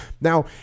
Now